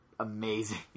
amazing